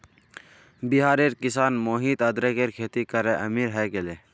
बिहारेर किसान मोहित अदरकेर खेती करे अमीर हय गेले